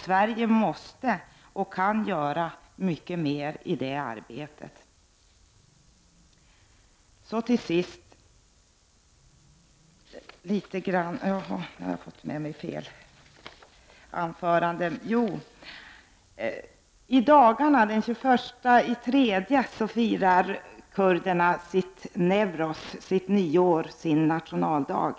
Sverige måste och kan göra mycket mer i det arbetet. I dagarna, den 23 mars, firar kurderna sitt Newros, sitt nyår och sin nationaldag.